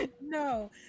No